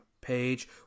page